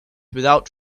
without